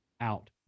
out